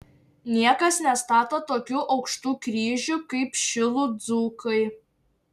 niekas nestato tokių aukštų kryžių kaip šilų dzūkai